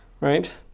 right